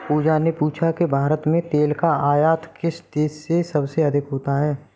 पूजा ने पूछा कि भारत में तेल का आयात किस देश से सबसे अधिक होता है?